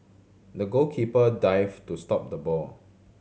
the goalkeeper dived to stop the ball